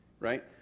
right